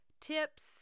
Tips